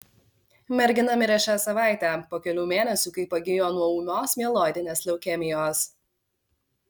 mergina mirė šią savaitę po kelių mėnesių kai pagijo nuo ūmios mieloidinės leukemijos